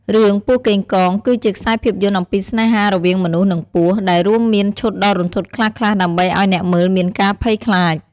រឿង ពស់កេងកង គឺជាខ្សែភាពយន្តអំពីស្នេហារវាងមនុស្ស និងពស់ ដែលរួមមានឈុតដ៏រន្ធត់ខ្លះៗដើម្បីឲ្យអ្នកមើលមានការភ័យខ្លាច។